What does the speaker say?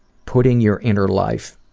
putting your inner life